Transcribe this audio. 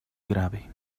grave